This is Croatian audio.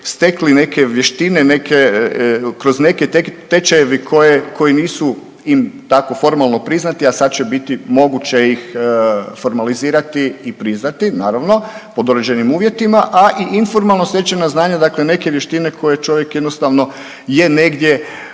stekli, neke vještine, neke, kroz neke tečajevi koji nisu im tako formalno priznati, a sad će biti moguće ih formalizirati i priznati, naravno, pod određenim uvjetima, a i informalno stečena znanja, dakle neke vještine koje čovjek jednostavno je negdje